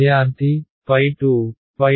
విద్యార్థి 2